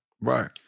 Right